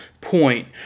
point